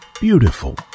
beautiful